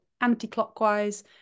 anti-clockwise